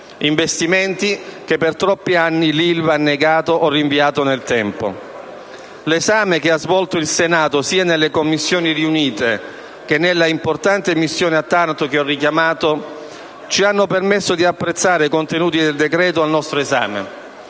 investimenti che per troppi anni l'Ilva ha negato o rinviato nel tempo. L'esame che ha svolto il Senato, sia nelle Commissioni riunite che nella importante missione a Taranto che ho richiamato, ci ha permesso di apprezzare i contenuti del decreto al nostro esame,